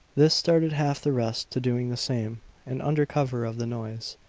this started half the rest to doing the same and under cover of the noise,